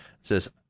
says